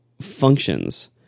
functions